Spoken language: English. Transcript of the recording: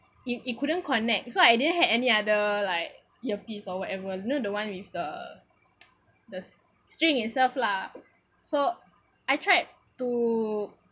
it it couldn't connect so I didn't had any other like earpiece or whatever you know the one with the the string itself lah so I tried to